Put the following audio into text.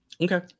Okay